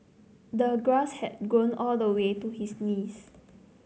the grass had grown all the way to his knees